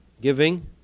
Giving